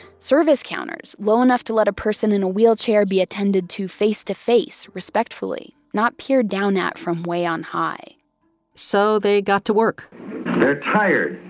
service counters low enough to let a person in a wheelchair be attended to face to face, respectfully, not peered down at from way on high so they got to work they're tired,